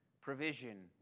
provision